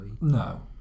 No